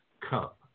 cup